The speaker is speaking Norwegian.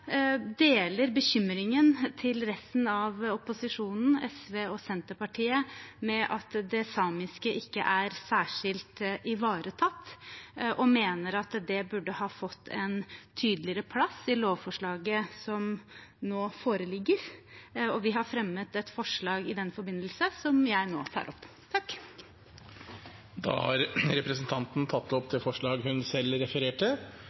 deler bekymringen til resten av opposisjonen, SV og Senterpartiet, med hensyn til at det samiske ikke er særskilt ivaretatt. Vi mener at det burde ha fått en tydeligere plass i lovforslaget som nå foreligger, og vi har fremmet et forslag i den forbindelse, som jeg nå tar opp. Representanten Tuva Moflag har tatt opp det forslaget hun refererte